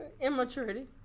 immaturity